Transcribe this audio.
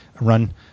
run